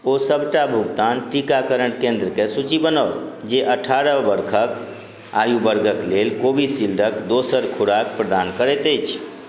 ओ सबटा भुगतान टीकाकरण केन्द्रके सूचि बनाउ जे अठारह बरखके आयु वर्गके लेल कोविशील्डके दोसर खोराक प्रदान करैत अछि